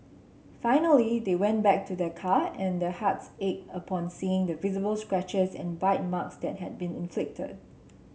finally they went back to their car and their hearts ached upon seeing the visible scratches and bite marks that had been inflicted